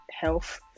health